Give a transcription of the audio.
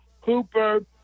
Cooper